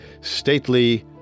stately